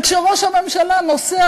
וכשראש הממשלה נוסע,